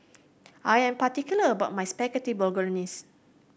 I am particular about my Spaghetti Bolognese